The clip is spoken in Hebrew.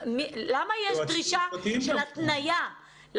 למה יש דרישה של התניה?